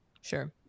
sure